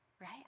right